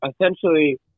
Essentially